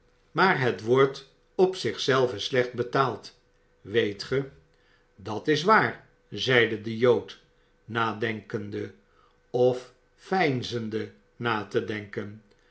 maar het wordt op zich zelve slecht betaald weet ge dat is waar zeide de jood nadenkende of veinzende na te denken